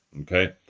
Okay